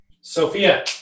sophia